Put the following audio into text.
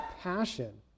passion